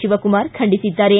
ಶಿವಕುಮಾರ್ ಖಂಡಿಸಿದ್ದಾರೆ